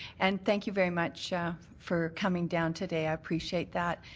and thank you very much ah for coming down today. i appreciate that.